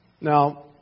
Now